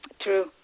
True